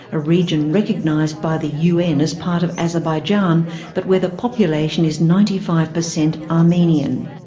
a region recognised by the un as part of azerbaijan but where the population is ninety five percent armenian.